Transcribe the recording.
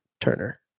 Turner